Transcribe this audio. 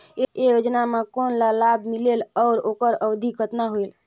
ये योजना मे कोन ला लाभ मिलेल और ओकर अवधी कतना होएल